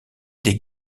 des